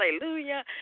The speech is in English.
Hallelujah